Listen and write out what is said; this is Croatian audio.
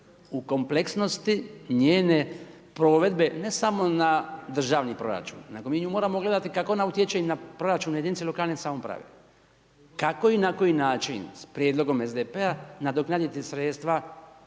u kompleksnosti njene provedbe ne samo na državni proračun, nego mi nju moramo gledati kako ona utječe i na proračun jedinica lokalne samouprave. Kako i na koji način s prijedlogom SDP-a nadoknaditi sredstva